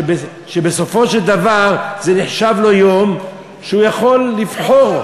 שבסופו של דבר זה נחשב לו יום שהוא יכול לבחור.